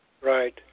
Right